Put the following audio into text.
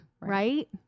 right